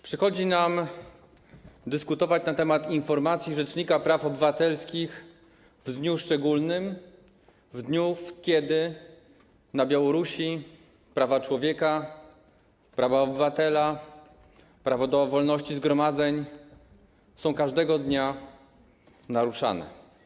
Przychodzi nam dyskutować na temat informacji rzecznika praw obywatelskich w dniu szczególnym, w dniu, kiedy na Białorusi prawa człowieka, prawa obywatela, prawo do wolności zgromadzeń są - każdego dnia - naruszane.